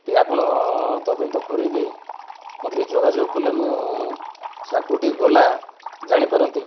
ଟିକିଏ ଆପଣ ତଦନ୍ତ କରିକି ମୋତେ ଟିକିଏ ଯୋଗାଯୋଗ କଲେ ମୁଁ ସେଇଟା କେଉଁଠିକି ଗଲା ଜାଣିପାରନ୍ତି